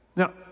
Now